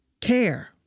care